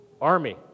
army